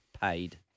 paid